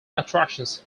attractions